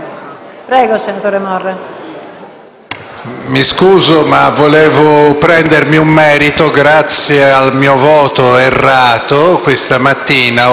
perché vorrei prendermi un merito. Grazie al mio voto errato, questa mattina, ho dato da lavorare a tanti che,